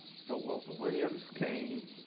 so walter williams came.